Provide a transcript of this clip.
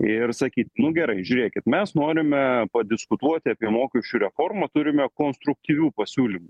ir sakyti nu gerai žiūrėkit mes norime padiskutuoti apie mokesčių reformą turime konstruktyvių pasiūlymų